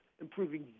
improving